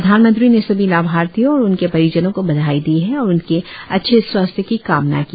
प्रधानमंत्री ने सभी लाभार्थियों और उनके परिजनों को बधाई दी और उनके अच्छे स्वास्थ्य की कामना की